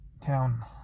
town